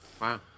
Wow